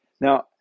Now